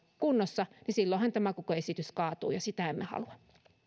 kunnossa niin silloinhan tämä koko esitys kaatuu ja sitä emme halua